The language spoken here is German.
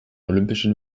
olympischen